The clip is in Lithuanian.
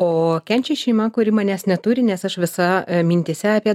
o kenčia šeima kuri manęs neturi nes aš visa mintyse apie